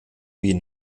wie